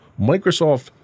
Microsoft